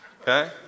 Okay